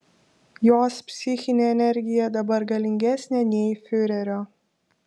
jos psichinė energija dabar galingesnė nei fiurerio